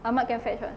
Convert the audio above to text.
ahmad can fetch [what]